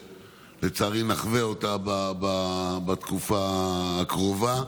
ולצערי נחווה אותה בתקופה הקרובה.